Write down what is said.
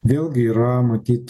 vėlgi yra matyt